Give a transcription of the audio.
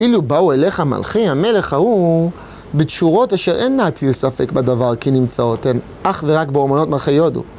אילו באו אליך מלכי, המלך ההוא בתשורות אשר אין להטיל ספק בדבר כי נמצאות הן, אך ורק באומנות מלכי הודו.